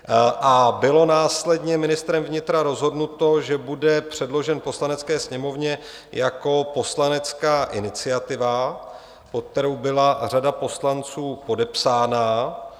A bylo následně ministrem vnitra rozhodnuto, že bude předložen Poslanecké sněmovně jako poslanecká iniciativa, pod kterou byla řada poslanců podepsána.